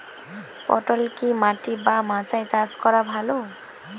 পটল কি মাটি বা মাচায় চাষ করা ভালো?